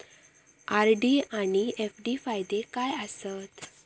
RD आनि FD फायदे काय आसात?